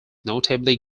notably